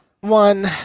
one